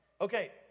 okay